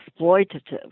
exploitative